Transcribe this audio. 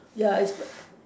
ya is